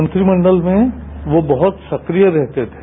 मंत्रिमण्डल में वह बहुत सक्रिय रहते थे